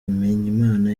bimenyimana